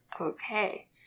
Okay